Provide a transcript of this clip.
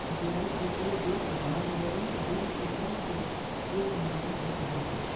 ब्याज के कोय भी उधार लेवल गेल पैसा के शुल्क मानल जा हय